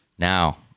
Now